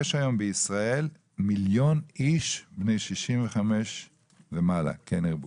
יש היום בישראל מיליון איש בני 65 ומעלה, כן ירבו.